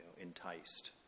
enticed